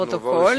לפרוטוקול.